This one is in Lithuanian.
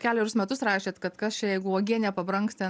kelerius metus rašėt kad kas čia jeigu uogienė pabrangs ten